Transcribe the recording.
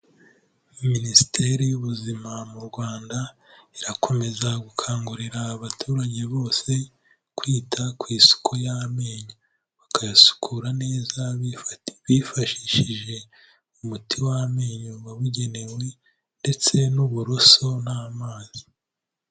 Minisiteri y'ubuzima mu rwanda irakomeza gukangurira abaturage bose kwita ku isuku y'amenyo bakayasukura neza bifashishije umuti w'amenyo wabugenewe ndetse n'uburoso n'amazi.